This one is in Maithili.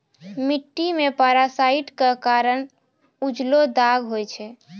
मछली मे पारासाइट क कारण उजलो दाग होय छै